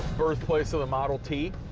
birthplace of the model t.